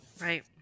Right